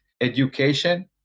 education